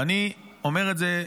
ואני אומר את זה,